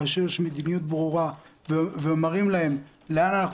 כאשר יש מדיניות ברורה ומראים להם לאן אנחנו